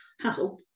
hassle